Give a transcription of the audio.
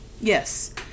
Yes